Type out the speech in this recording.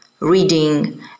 reading